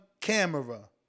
camera